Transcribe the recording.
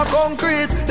concrete